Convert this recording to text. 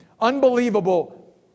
unbelievable